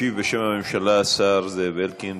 ישיב בשם הממשלה השר זאב אלקין,